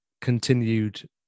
continued